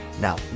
Now